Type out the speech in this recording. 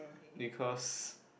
because